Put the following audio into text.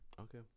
Okay